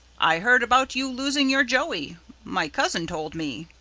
i heard about you losing your joey my cousin told me.